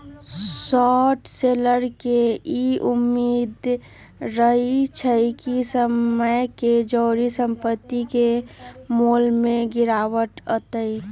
short seller के इ उम्मेद रहइ छइ कि समय के जौरे संपत्ति के मोल में गिरावट अतइ